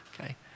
okay